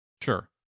Sure